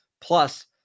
Plus